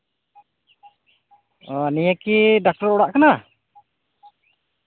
ᱚ ᱱᱤᱭᱟᱹ ᱠᱤ ᱰᱟᱠᱛᱚᱨ ᱚᱲᱟᱜ ᱠᱟᱱᱟ